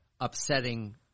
upsetting